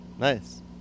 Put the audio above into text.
Nice